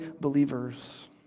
believers